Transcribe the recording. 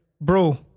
Bro